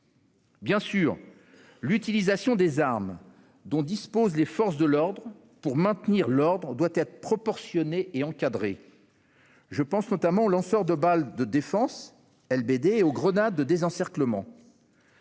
Bien sûr, l'utilisation des armes dont disposent les forces de l'ordre pour maintenir l'ordre doit être proportionnée et encadrée. Je pense notamment aux lanceurs de balles de défense (LBD) et aux grenades de désencerclement.